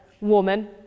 woman